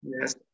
yes